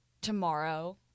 tomorrow